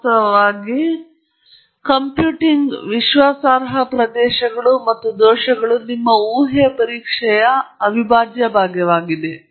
ವಾಸ್ತವವಾಗಿ ಕಂಪ್ಯೂಟಿಂಗ್ ವಿಶ್ವಾಸಾರ್ಹ ಪ್ರದೇಶಗಳು ಮತ್ತು ದೋಷಗಳು ನಿಮ್ಮ ಊಹೆಯ ಪರೀಕ್ಷೆಯ ಅವಿಭಾಜ್ಯ ಭಾಗವಾಗಿದೆ